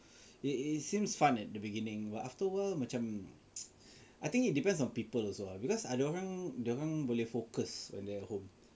it it seems fun at the beginning but afterward macam I think it depends on people also lah because ada orang ada orang boleh focus when they're at home